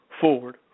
forward